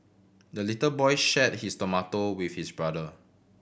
the little boy shared his tomato with his brother